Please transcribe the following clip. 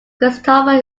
christopher